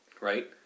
Right